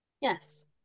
yes